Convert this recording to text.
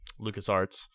LucasArts